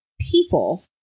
people